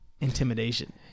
intimidation